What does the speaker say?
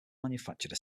manufactured